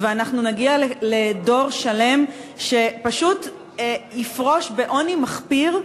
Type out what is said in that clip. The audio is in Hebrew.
ואנחנו נגיע לדור שלם שפשוט יפרוש בעוני מחפיר,